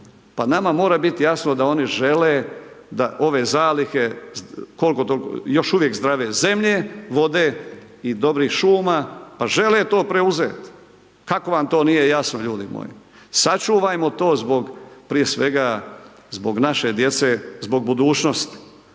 Pa nama mora bit jasno da oni žele da ove zalihe koliko toliko, još uvijek zdrave zemlje, vode i dobrih šuma, pa žele to preuzeti. Kako vam to nije jasno, ljudi moji? Sačuvajmo to zbog prije svega zbog naše djece, zbog budućnosti.